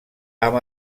amb